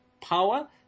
power